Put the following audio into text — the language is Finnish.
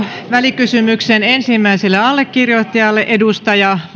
välikysymyksen ensimmäiselle allekirjoittajalle edustaja